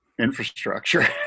infrastructure